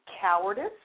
cowardice